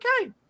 okay